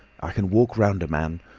i can walk round a man,